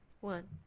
One